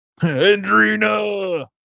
Andrina